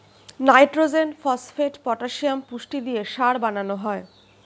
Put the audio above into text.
nitrogen, phosphate, potassium পুষ্টি দিয়ে সার বানানো হয়